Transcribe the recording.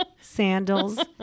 sandals